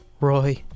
Roy